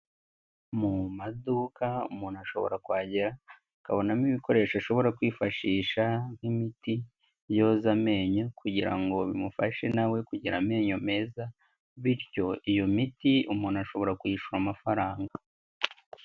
Mu maduka umuntu ashobora kuhagera akabonamo ibikoresho ashobora kwifashisha nk'imiti yoza amenyo kugira ngo bimufashe nawe kugira amenyo meza, bityo iyo miti umuntu ashobora kuyishura amafaranga.